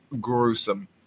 gruesome